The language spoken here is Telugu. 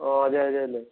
అదే అదే